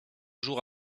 jours